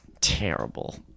Terrible